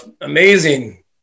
Amazing